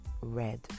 red